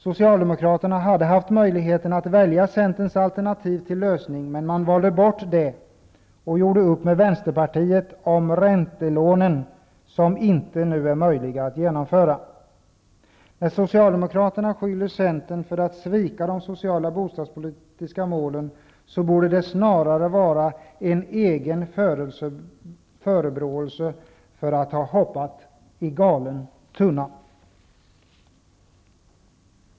Socialdemokraterna hade möjlighet att välja Centerns alternativ till lösning. Men man valde bort det och gjorde upp med Vänsterpartiet om räntelånen, som nu inte är möjliga att genomföra. När Socialdemokraterna skyller Centern för att svika de sociala bostadspolitiska målen, borde det snarare utgöra en förebråelse för man att har hoppat i galen tunna.